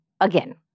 Again